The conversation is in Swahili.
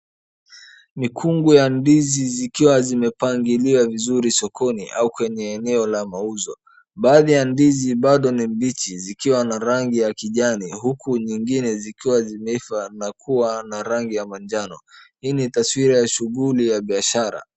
Mikungu ya ndizi zikiwa zimepangiliwa vizuri sokoni au kwenye eneo la mauzo. Baadhi ya ndizi bado ni mbichi zikiwa na rangi ya kijani huku nyingine zikiwa zimeiva na kuwa na rangi ya manjano. Hii ni taswira ya shughuli ya biashara.